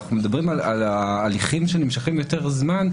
אנחנו מדברים על ההליכים שנמשכים יותר זמן.